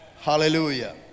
Hallelujah